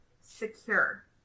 secure